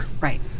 Right